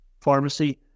pharmacy